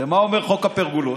ומה אומר החוק הפרגולות?